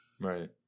Right